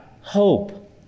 hope